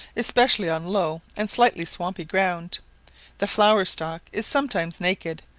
especially on low and slightly swampy ground the flower-stalk is sometimes naked,